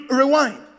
rewind